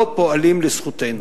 לא פועלים לזכותנו.